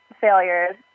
failures